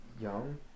young